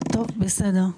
בסדר.